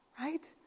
right